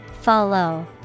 Follow